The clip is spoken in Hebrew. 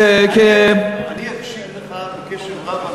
אני אקשיב לך בקשב רב,